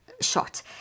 shot